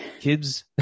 Kids